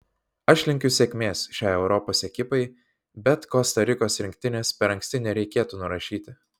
aš linkiu sėkmės šiai europos ekipai bet kosta rikos rinktinės per anksti nereikėtų nurašyti